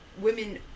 women